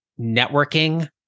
Networking